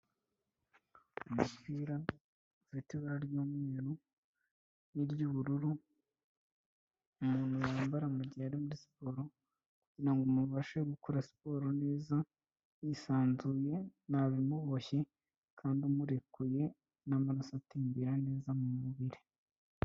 Umupira ufite ibara ry'umweru n'iry'ubururu, umuntu yambara mu gihe muri siporo kugirango umuntu abashe gukora siporo neza, yisanzuye, ntabimuboshye kandi umurekuye, n'amararaso atembera neza mu mubiri.